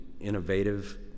innovative